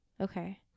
Okay